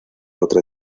otra